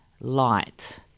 light